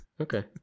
Okay